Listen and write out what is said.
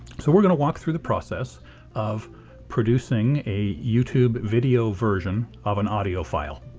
so we're going to walk through the process of producing a youtube video version of an audio file.